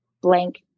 blank